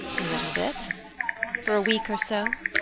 a little bit for a week or so.